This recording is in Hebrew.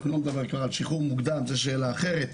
אני לא מדבר על שחרור מוקדם שזו שאלה אחרת,